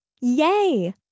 Yay